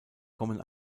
kommen